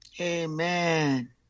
Amen